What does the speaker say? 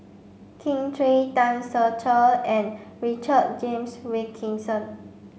Kin Chui Tan Ser Cher and Richard James Wilkinson